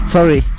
Sorry